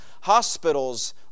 hospitals